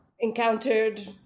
encountered